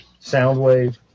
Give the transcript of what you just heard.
Soundwave